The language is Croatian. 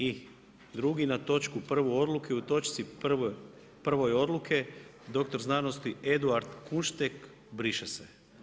I drugi na točku prvu odluke u točci prvoj odluke, doktor znanosti Eduard Kunštek briše se.